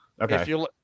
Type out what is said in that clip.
okay